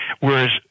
Whereas